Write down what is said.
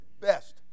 best